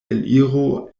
eliro